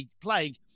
Plague